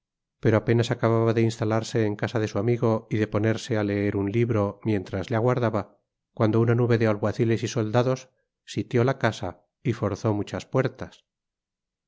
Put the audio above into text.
pero apenas acababa de instalarse en casa de su amigo y de ponerse á leer un libro mientras le aguardaba cuando una nube de alguaciles y soldados sitió la casa y forzó muchas puertas